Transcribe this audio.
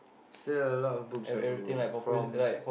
still a lot of books ah bro from